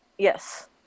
Yes